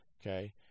Okay